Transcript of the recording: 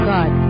God